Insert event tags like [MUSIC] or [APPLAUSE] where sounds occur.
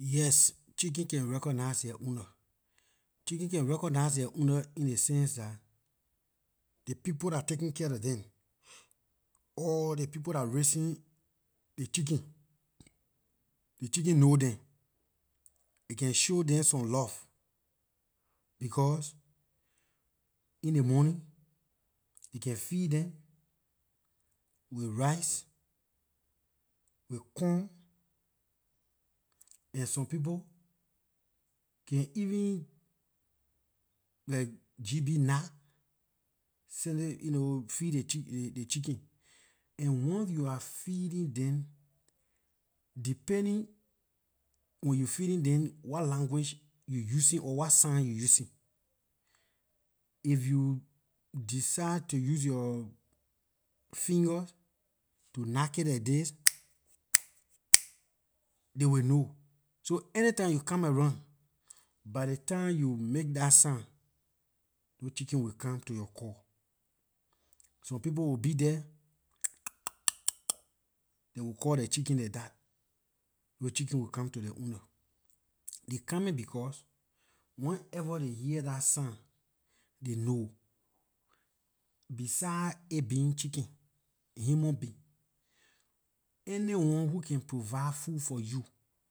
Yes, chicken can recognize their ownlor. Chicken can recognize their ownlor in a sense that, dey people dah taking care of them or dey people dah raising ley chicken, ley chicken know them, it can show them some love because in ley morning they can feed them with rice, with corn and some people can even like gb knot, send it ehn you know feed ley chicken and once you are feeding them, depending when you feeding them what language you using or what sign you using. If you decide to use yor fingers to knack it like this [NOISE] dey will know. So anytime you come around, by ley time you make dah sound, those chicken will come to yor call. Some people will be there, [NOISE] dey will call the chicken like dat, those chicken will come to ley ownlor. They coming because whenever they hear dah sound, they know. Besides it being chicken, human being, anyone who can provide food for you